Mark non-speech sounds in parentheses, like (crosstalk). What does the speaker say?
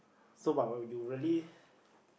so but but you really (breath)